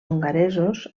hongaresos